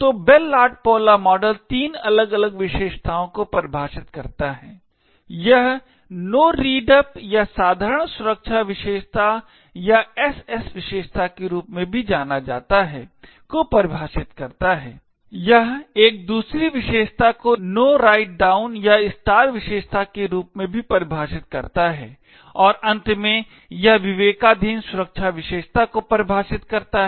तो Bell LaPadula model तीन अलग अलग विशेषताओं को परिभाषित करता है यह No Read Up या साधारण सुरक्षा विशेषता या SS विशेषता के रूप में भी जाना जाता है को परिभाषित करता है यह एक दूसरी विशेषता को No Write Down या स्टार विशेषता के रूप में भी परिभाषित करता है और अंत में यह विवेकाधीन सुरक्षा विशेषता को परिभाषित करता है